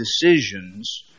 decisions